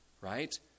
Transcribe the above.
right